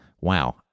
wow